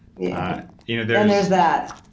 yeah you know then there's that.